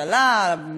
ודאי שלא את בג"ץ,